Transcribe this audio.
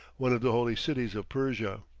one of the holy cities of persia.